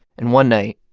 and one night,